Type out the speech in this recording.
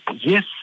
yes